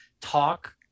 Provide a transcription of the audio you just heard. Talk